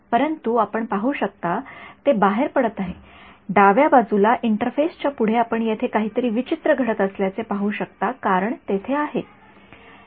परंतु आपण पाहू शकता ते बाहेर पडत आहे डाव्या बाजूला इंटरफेस च्या पुढे आपण येथे काहीतरी विचित्र घडत असल्याचे पाहू शकता कारण तेथे आहे